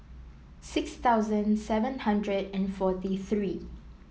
six thousand seven hundred and forty three